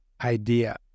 idea